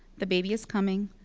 the baby is coming.